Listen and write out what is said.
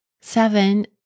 Seven